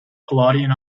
palladian